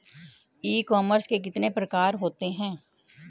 ई commerce के कितने प्रकार होते हैं?